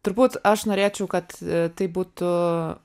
turbūt aš norėčiau kad tai būtų